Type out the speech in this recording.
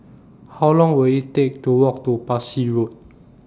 How Long Will IT Take to Walk to Parsi Road